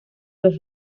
los